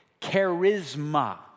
charisma